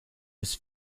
his